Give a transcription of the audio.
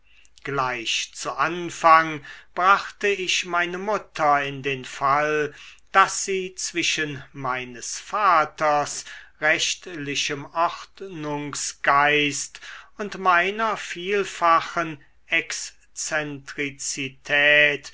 gleich zu anfang brachte ich meine mutter in den fall daß sie zwischen meines vaters rechtlichem ordnungsgeist und meiner vielfachen